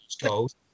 goals